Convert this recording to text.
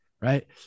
Right